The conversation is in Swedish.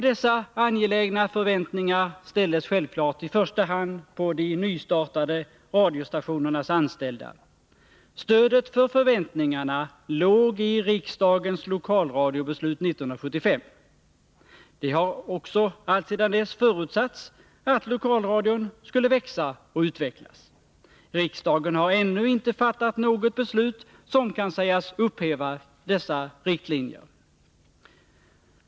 Dessa angelägna förväntningar ställdes självfallet i första hand på de nystartade radiostationernas anställda. Stödet för förväntningarna låg i riksdagens lokalradiobeslut 1975. Det har också alltsedan dess förutsatts att lokalradion skulle växa och utvecklas. Riksdagen har ännu inte fattat något beslut som kan sägas upphäva dessa riktlinjer.